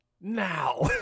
Now